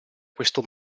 questo